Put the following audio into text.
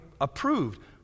approved